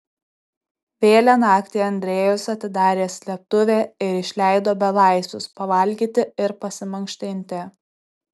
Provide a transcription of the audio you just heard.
vėlią naktį andrejus atidarė slėptuvę ir išleido belaisvius pavalgyti ir pasimankštinti